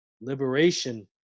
liberation